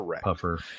puffer